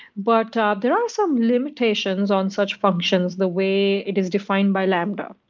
but there are some limitations on such functions the way it is defined by lambda.